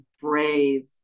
brave